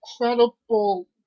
incredible